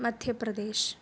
Madhya Pradesh